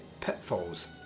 Pitfalls